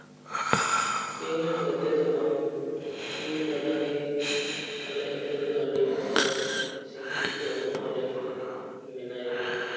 ᱤᱧᱨᱮᱱ ᱜᱟᱛᱮ ᱫᱚ ᱵᱟᱝ ᱤᱧ ᱫᱟᱫᱟᱜᱮ ᱟᱞᱮ ᱟᱹᱛᱩ ᱨᱮᱫᱚ ᱟᱹᱰᱤ ᱱᱟᱯᱟᱭ ᱥᱤᱠᱠᱷᱤᱛᱚ ᱦᱚᱲ ᱫᱚ ᱯᱟᱞᱮᱱ ᱢᱮᱱᱟᱭᱟ